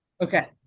Okay